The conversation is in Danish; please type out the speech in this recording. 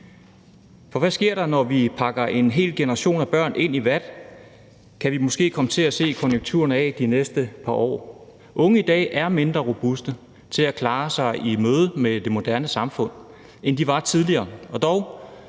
For hvad sker der, når vi pakker en hel generation af børn ind i vat? Det kan vi måske komme til at se konturerne af de næste par år. Unge i dag er mindre robuste til at klare sig i mødet med det moderne samfund, end de var tidligere,